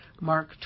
Mark